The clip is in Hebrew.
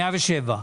107,000 ₪?